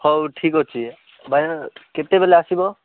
ହଉ ଠିକ୍ ଅଛି ଭାଇନା କେତେବେଳେ ଆସିବ